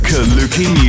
Kaluki